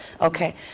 Okay